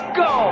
go